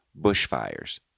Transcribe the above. bushfires